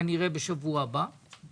כנראה בשבוע הבא,